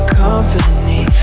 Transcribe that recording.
company